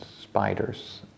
spiders